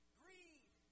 greed